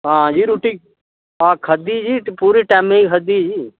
हां जी रुट्टी हा खाद्धी जी पूरे टेमै दी खाद्धी जी